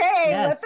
Okay